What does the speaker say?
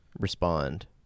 respond